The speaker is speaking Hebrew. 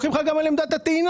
לוקחים לך גם על עמדת הטעינה.